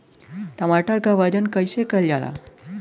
टमाटर क वजन कईसे कईल जाला?